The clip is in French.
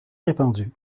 répandue